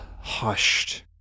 hushed